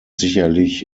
sicherlich